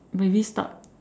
maybe start